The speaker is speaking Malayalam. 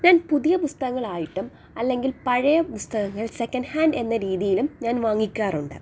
ഞാൻ പുതിയ പുസ്തകങ്ങളായിട്ടും അല്ലെങ്കിൽ പഴയ പുസ്തകങ്ങൾ സെക്കൻഡ് ഹാൻഡ് എന്ന രീതിയിലും ഞാൻ വാങ്ങിക്കാറുണ്ട്